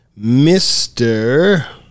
Mr